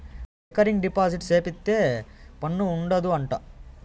recurring deposit సేపిత్తే పన్ను ఉండదు అంట